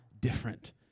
different